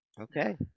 Okay